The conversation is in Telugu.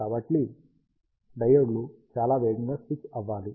కాబట్టి డయోడ్లు చాలా వేగంగా స్విచ్ అవ్వాలి